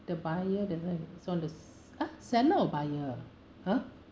the buyer then go and saw the !huh! seller or buyer !huh!